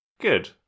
Good